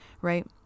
right